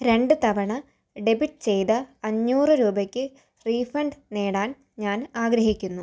രണ്ട് തവണ ഡെബിറ്റ് ചെയ്ത അഞ്ഞൂറ് രൂപയ്ക്ക് റീഫണ്ട് നേടാൻ ഞാൻ ആഗ്രഹിക്കുന്നു